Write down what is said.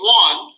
one